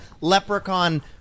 Leprechaun –